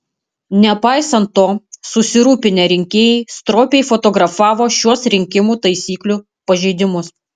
nepaisant to susirūpinę rinkėjai stropiai fotografavo šiuos rinkimų taisyklių pažeidimus